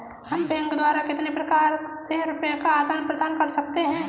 हम बैंक द्वारा कितने प्रकार से रुपये का आदान प्रदान कर सकते हैं?